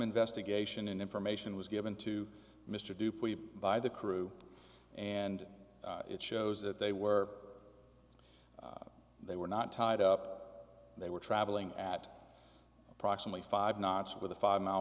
investigation and information was given to mr duke by the crew and it shows that they were they were not tied up they were traveling at approximately five knots with a five mile